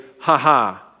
ha-ha